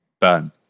burn